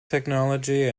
technology